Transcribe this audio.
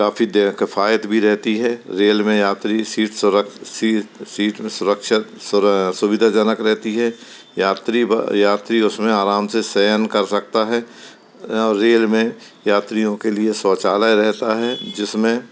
काफी देह किफ़ायत भी रहती है रेल में यात्री सीट सुविधाजनक रहती है यात्री यात्री उसमें आराम से शयन कर सकता है और रेल में यात्रियों के लिए शौचालय रहता है जिसमें